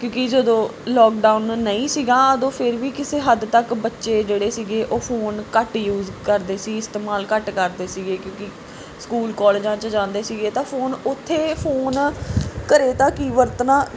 ਕਿਉਂਕਿ ਜਦੋਂ ਲੋਕਡਾਊਨ ਨਹੀਂ ਸੀਗਾ ਉਦੋਂ ਫਿਰ ਵੀ ਕਿਸੇ ਹੱਦ ਤੱਕ ਬੱਚੇ ਜਿਹੜੇ ਸੀਗੇ ਉਹ ਫੋਨ ਘੱਟ ਯੂਜ਼ ਕਰਦੇ ਸੀ ਇਸਤੇਮਾਲ ਘੱਟ ਕਰਦੇ ਸੀਗੇ ਕਿਉਂਕਿ ਸਕੂਲ ਕਾਲਜਾਂ 'ਚ ਜਾਂਦੇ ਸੀਗੇ ਤਾਂ ਫੋਨ ਉੱਥੇ ਫੋਨ ਘਰ ਤਾਂ ਕੀ ਵਰਤਣਾ